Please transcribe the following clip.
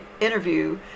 interview